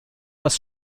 was